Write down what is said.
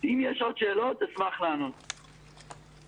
5%. אמר שר התרבות שהוא מצפה שלפחות 80% מהעובדים יחזרו.